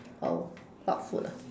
oh what food ah